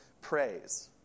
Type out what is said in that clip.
praise